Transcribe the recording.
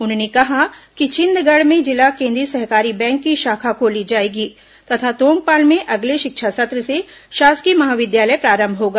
उन्होंने कहा कि छिंदगढ़ में जिला केंद्रीय सहकारी बैंक की शाखा खोली जाएगी तथा तोंगपाल में अगले शिक्षा सत्र से शासकीय महाविद्यालय प्रारंभ होगा